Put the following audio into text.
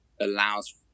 allows